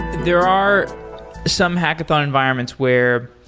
there are some hackathon environments where